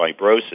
fibrosis